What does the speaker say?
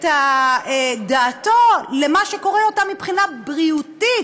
את דעתו למה שקורה אתם מבחינה בריאותית.